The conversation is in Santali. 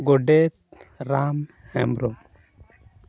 ᱜᱚᱰᱮᱛ ᱨᱟᱢ ᱦᱮᱢᱵᱨᱚᱢ